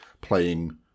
playing